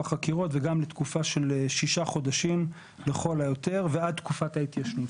החקירות וגם לתקופה של ששה חודשים לכל היותר ועד תקופת ההתיישנות.